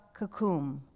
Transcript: kakum